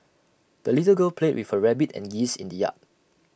the little girl played with her rabbit and geese in the yard